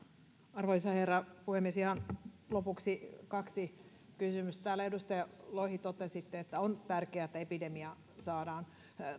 arvoisa herra puhemies ihan lopuksi kaksi kysymystä täällä totesitte edustaja lohi että on tärkeää että epidemia saadaan